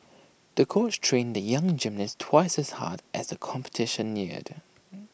the coach trained the young gymnast twice as hard as the competition neared